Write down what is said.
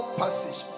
passage